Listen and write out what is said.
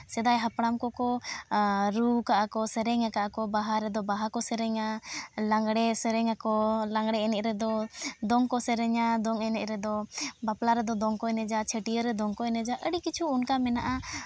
ᱥᱮᱫᱟᱭ ᱦᱟᱯᱲᱟᱢ ᱠᱚᱠᱚ ᱨᱩᱣᱟᱠᱟᱫᱼᱟ ᱠᱚ ᱥᱮᱨᱮᱧ ᱟᱠᱟᱫᱼᱟ ᱠᱚ ᱵᱟᱦᱟ ᱨᱮᱫᱚ ᱵᱟᱦᱟᱠᱚ ᱥᱮᱨᱮᱧᱟ ᱞᱟᱜᱽᱬᱮ ᱥᱮᱨᱮᱧᱟ ᱠᱚ ᱞᱟᱜᱽᱬᱮ ᱮᱱᱮᱡ ᱨᱮᱫᱚ ᱫᱚᱝ ᱠᱚ ᱥᱮᱨᱮᱧᱟ ᱫᱚᱝ ᱮᱱᱮᱡ ᱨᱮᱫᱚ ᱵᱟᱯᱞᱟ ᱨᱮᱫᱚ ᱫᱚᱝ ᱠᱚ ᱮᱱᱮᱡᱟ ᱪᱷᱟᱹᱴᱭᱟᱹᱨ ᱨᱮ ᱫᱚᱝ ᱠᱚ ᱮᱱᱮᱡᱟ ᱟᱹᱰᱤ ᱠᱤᱪᱷᱩ ᱚᱱᱠᱟ ᱢᱮᱱᱟᱜᱼᱟ